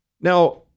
Now